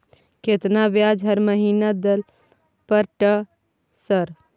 केतना ब्याज हर महीना दल पर ट सर?